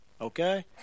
okay